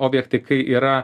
objektai kai yra